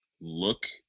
look